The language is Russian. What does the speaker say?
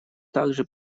также